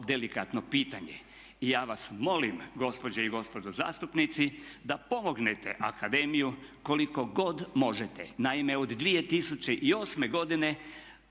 delikatno pitanje. I ja vas molim gospođe i gospodo zastupnici da pomognete akademiju koliko god možete. Naime, od 2008. godine